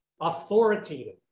Authoritative